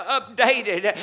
updated